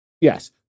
Yes